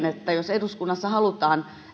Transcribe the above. että jos eduskunnassa halutaan